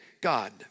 God